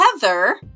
Heather